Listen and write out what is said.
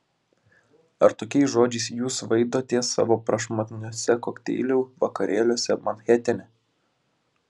ar tokiais žodžiais jūs svaidotės savo prašmatniuose kokteilių vakarėliuose manhetene